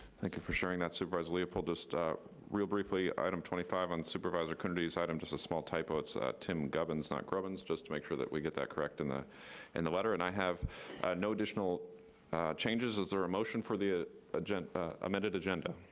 thank you for sharing that, supervisor leopold. just ah real briefly, item twenty five on supervisor coonerty's item, there's a small typo. it's tim govens, not grovens, just to make sure that we get that correct in the and the letter, and i have no additional changes. is there a motion for the ah amended agenda?